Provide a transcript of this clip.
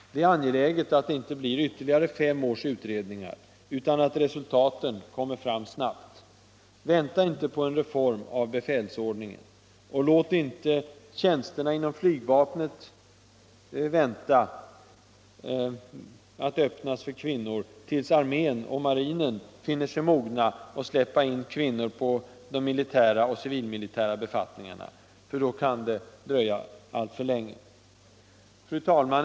Det är angeläget att det inte blir ytterligare fem års utredningar, utan att resultaten kommer fram snabbt. Vänta inte på en reform av befäls Och låt inte vänta med att öppna tjänsterna inom flygvapnet för kvinnorna tills armén och marinen finner sig mogna att släppa in kvinnor på militära och civilmilitära befattningar — då kan det dröja alltför länge! Fru talman!